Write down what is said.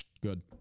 Good